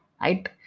right